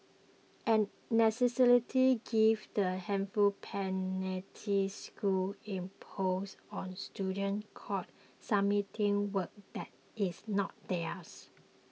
a given the hefty penalties schools impose on students caught submitting work that is not theirs